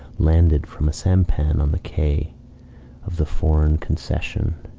landed from a sampan on the quay of the foreign concession,